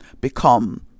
become